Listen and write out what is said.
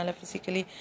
physically